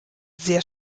sehr